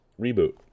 reboot